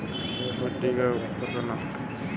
Fiat money का जारीकर्ता कौन होता है?